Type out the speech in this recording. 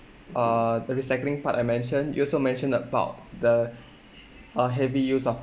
uh the recycling part I mention you also mentioned about the uh heavy use of